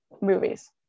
Movies